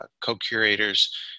co-curators